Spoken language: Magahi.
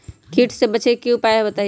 कीट से बचे के की उपाय हैं बताई?